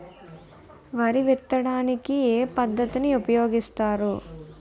వరి విత్తడానికి ఏ పద్ధతిని ఉపయోగిస్తారు?